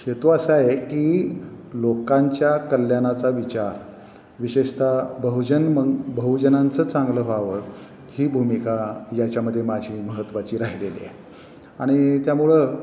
हेतू असा आहे की लोकांच्या कल्याणाचा विचार विशेषतः बहुजन मग बहुजनांचं चांगलं व्हावं ही भूमिका याच्यामध्ये माझी महत्त्वाची राहिलेली आहे आणि त्यामुळं